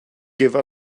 give